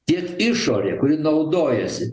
tiek išorė kuri naudojasi